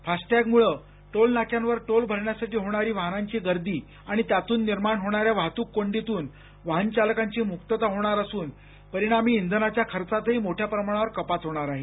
फास्टटॅगमुंळ toll नाक्यांवर toll भरण्यासाठी होणारी वाहनांची गर्दी आणि त्यातून निर्माण होणाऱ्या वाहतूक कोंडीतून वाहन चालकांची मुक्तता होणार असून परिणामी इंधनाच्या खर्चातही मोठ्या प्रमाणावर कपात होणार आहे